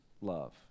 Love